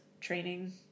training